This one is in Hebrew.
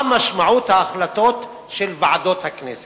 מה משמעות ההחלטות של ועדות הכנסת?